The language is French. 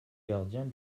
gardien